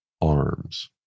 arms